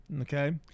okay